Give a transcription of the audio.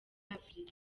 afurika